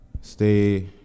stay